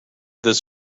this